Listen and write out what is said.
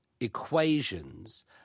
equations